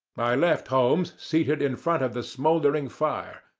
i left holmes seated in front of the smouldering fire,